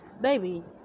Baby